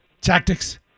tactics